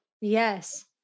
Yes